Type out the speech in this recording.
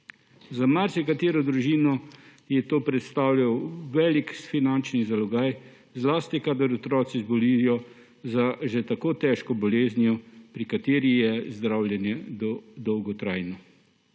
Za marsikatero družino je to predstavljalo velik finančni zalogaj, zlasti kadar otroci zbolijo za že tako težko boleznijo, pri kateri je zdravljenje dolgotrajno.